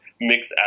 mix